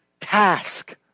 task